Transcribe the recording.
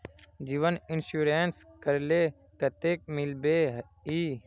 जीवन इंश्योरेंस करले कतेक मिलबे ई?